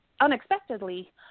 unexpectedly